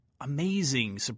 amazing